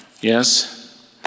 Yes